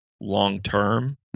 long-term